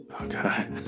Okay